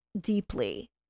deeply